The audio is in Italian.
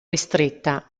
ristretta